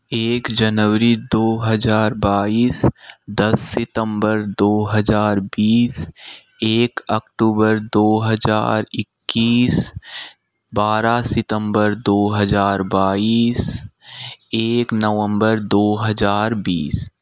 एक जनवरी दो हजार बाईस दस सितम्बर दो हजार बीस एक अक्टूबर दो हजार इक्कीस बारह सितम्बर दो हजार बाईस एक नवम्बर दो हजार बीस